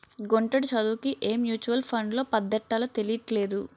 గుంటడి చదువుకి ఏ మ్యూచువల్ ఫండ్లో పద్దెట్టాలో తెలీట్లేదు